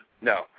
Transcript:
No